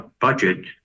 budget